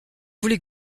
voulez